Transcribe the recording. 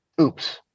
Oops